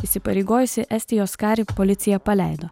įsipareigojusį estijos karį policija paleido